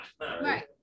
Right